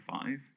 five